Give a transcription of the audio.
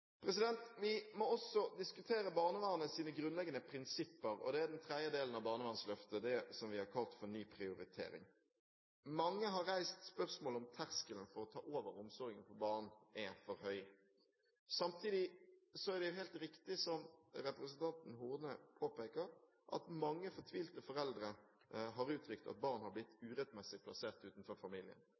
over. Vi må også diskutere barnevernets grunnleggende prinsipper – og det er den tredje delen av barnevernsløftet, det som vi har kalt for «Ny prioritering». Mange har reist spørsmålet om terskelen for å ta over omsorgen for barn er for høy. Samtidig er det helt riktig som representanten Horne påpeker, at mange fortvilte foreldre har uttrykt at barn har blitt urettmessig plassert utenfor familien,